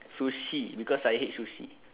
sushi because I hate sushi